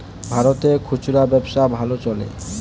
ভারতে খুচরা ব্যবসা ভালো চলছে